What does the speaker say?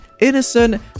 innocent